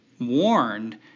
warned